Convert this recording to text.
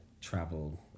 travel